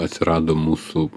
atsirado mūsų